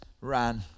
ran